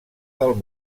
del